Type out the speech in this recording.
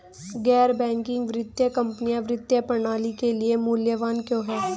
गैर बैंकिंग वित्तीय कंपनियाँ वित्तीय प्रणाली के लिए मूल्यवान क्यों हैं?